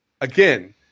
again